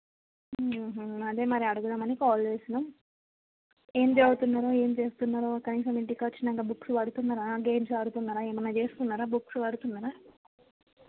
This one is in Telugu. అదే మరి అడుగుదామని కాల్ చేసినాం ఏమి చదువుతున్నారో ఏమి చేస్తున్నారో కనీసం ఇంటికి వచ్చినాక బుక్స్ పడుతున్నారా గేమ్స్ ఆడుతున్నారా ఏమన్న చేస్తున్నారా బుక్స్ పడుతున్నారా